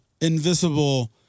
invisible